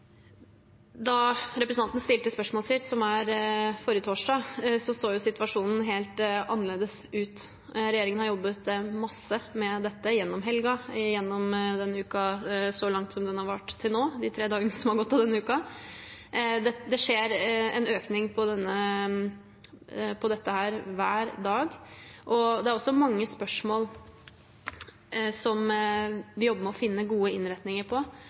Da representanten stilte spørsmålet sitt, som var forrige torsdag, så situasjonen helt annerledes ut. Regjeringen har jobbet masse med dette gjennom helgen, gjennom denne uken, de tre dagene som har gått av denne uken. Det skjer en økning hver dag når det gjelder dette. Det er også mange spørsmål der vi jobber med å finne gode innretninger,